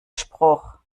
spruch